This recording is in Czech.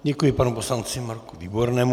Děkuji panu poslanci Marku Výbornému.